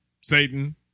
Satan